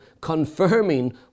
confirming